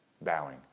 bowing